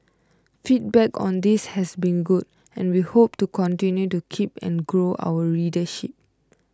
feedback on this has been good and we hope to continue to keep and grow our readership